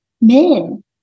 men